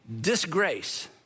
disgrace